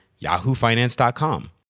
yahoofinance.com